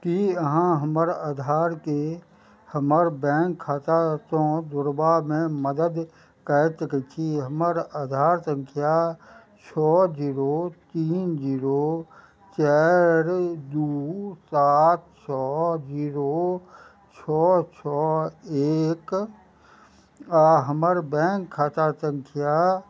की अहाँ हमर आधारके हमर बैंक खाता सऽ जोड़बामे मदद कय सकैत छी हमर आधार संख्या छओ जीरो तीन जीरो चारि दू सात छओ जीरो छओ छओ एक आ हमर बैंक खाता संख्या